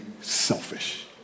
selfish